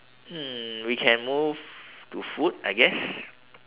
hmm we can move to food I guess